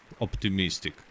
optimistic